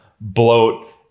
bloat